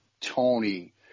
Tony